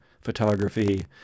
photography